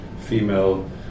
female